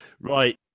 right